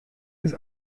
ist